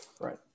Right